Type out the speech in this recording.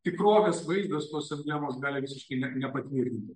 tikrovės vaizdas tos emblemos gali visiškai ne ne nepatvirtinti